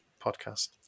podcast